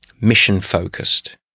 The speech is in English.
mission-focused